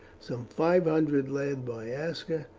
some five hundred, led by aska,